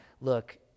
look